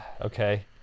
Okay